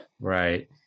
Right